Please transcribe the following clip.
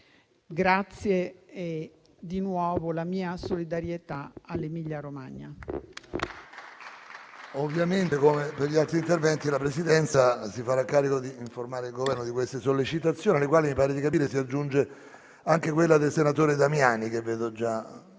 esprimo di nuovo la mia solidarietà all'Emilia-Romagna.